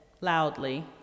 loudly